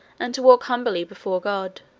and to walk humbly before god